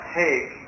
take